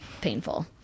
painful